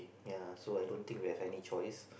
ya so I don't think we have any choice